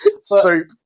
Soup